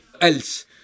else